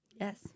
Yes